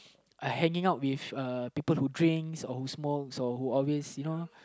uh hanging out with uh people who drinks or who smokes or who always you know